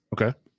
Okay